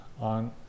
on